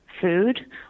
food